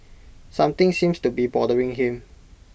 something seems to be bothering him